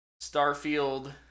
Starfield